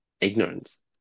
ignorance